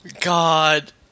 God